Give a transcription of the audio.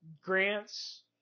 grants